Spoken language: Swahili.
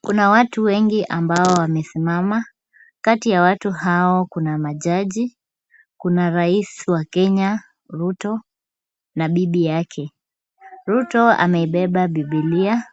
Kuna watu wengi ambao wamesimama, kati ya watu hao kuna ma judge , kuna rais wa Kenya Ruto na bibi yake. Ruto ameibeba bibilia,